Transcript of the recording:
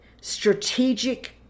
strategic